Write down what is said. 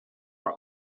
are